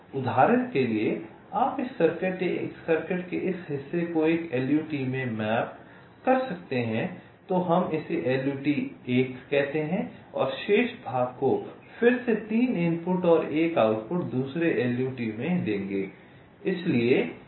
उदाहरण के लिए आप सर्किट के इस हिस्से को एक LUT में मैप कर सकते हैं तो हम इसे LUT 1 कहते हैं और शेष भाग को फिर से 3 इनपुट और एक आउटपुट दूसरे LUT में देंगे